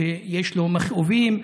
וכשיש לו מכאובים,